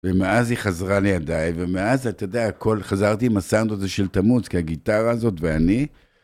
ומאז היא חזרה לידיי, ומאז אתה יודע, כל.. חזרתי עם הסאונד הזה של תמוץ, כי הגיטרה הזאת ואני...